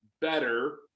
better